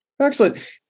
Excellent